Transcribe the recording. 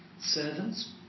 Servants